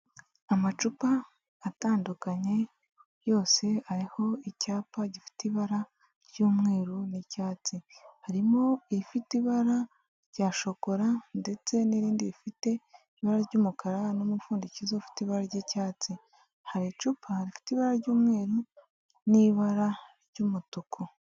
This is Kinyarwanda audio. Amacupa atandukanye yose ariho icyapa gifite ibara ry'umweru n'icyatsi, harimo ifite ibara rya shokora ndetse n'irindi ifite ibara ry'umukara n'umufundikizo ufite ibara ry'icyatsi hari icupa rifite ibara ry'umweru n'ibara ry'umutuku.